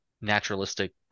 naturalistic